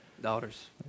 Daughters